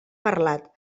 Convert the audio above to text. parlat